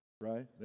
right